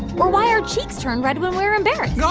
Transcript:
or why our cheeks turn red when we're embarrassed so